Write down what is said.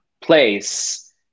place